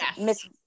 Miss